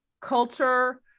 culture